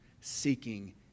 seeking